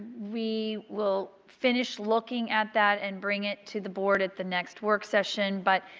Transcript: we will finish looking at that and bring it to the board at the next work session. but,